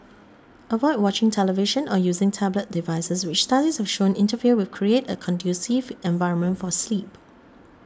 avoid watching television or using tablet devices which studies have shown interfere with Create a conducive environment for sleep